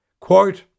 quote